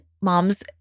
moms